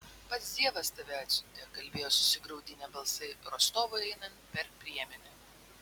pats dievas tave atsiuntė kalbėjo susigraudinę balsai rostovui einant per priemenę